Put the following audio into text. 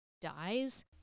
dies